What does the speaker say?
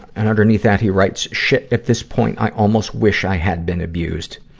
and underneath that he writes shit, at this point, i almost wish i had been abused.